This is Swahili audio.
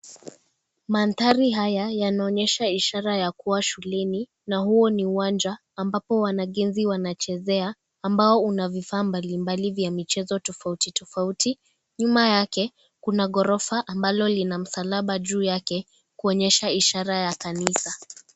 Manthari haya yanaonyesha ishara ya kuwa shuleni na huo ni uwanja ambapo wanaginzi wanachezea ambao una vifaa mbalimbalibi ya michezo tofauti tofauti. Nyuma yake kuna ghorofa ambalo lina msalaba juu yake kuonyesha ishara ya kanisa.